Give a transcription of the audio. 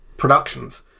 Productions